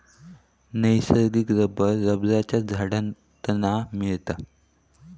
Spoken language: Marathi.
नैसर्गिक रबर रबरच्या झाडांतना मिळवतत